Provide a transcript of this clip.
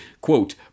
quote